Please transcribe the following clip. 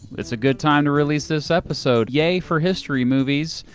it's a good time to release this episode. yay for history movies!